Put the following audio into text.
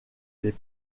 les